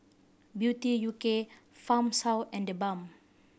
Beauty U K Farmshouse and TheBalm